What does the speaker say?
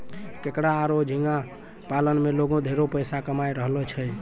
केकड़ा आरो झींगा पालन में लोगें ढेरे पइसा कमाय रहलो छै